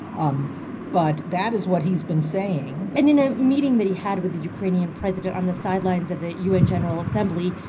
um but that is what he's been saying and in a meeting that he had with the ukrainian president on the sidelines of the u n. general assembly,